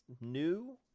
new